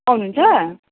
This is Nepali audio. आउनु हुन्छ